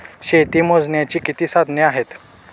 शेती मोजण्याची किती साधने आहेत?